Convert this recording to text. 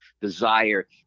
desire